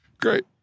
great